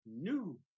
New